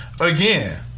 again